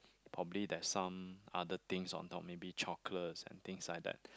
probably there's some other things on top maybe chocolates and things like that